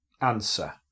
answer